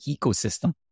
ecosystem